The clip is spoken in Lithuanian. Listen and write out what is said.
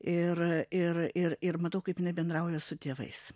ir ir ir ir matau kaip jinai bendrauja su tėvais